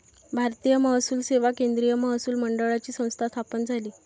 भारतीय महसूल सेवा केंद्रीय महसूल मंडळाची संस्था स्थापन झाली